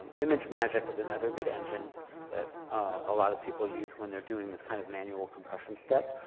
imagemagick is another good engine that a lot of people use when they're doing this kind of manual compression step.